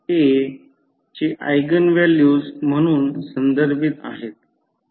हे आयामहीन प्रमाण आहे जिथे Z हा Z मूळ देखील Ω आहे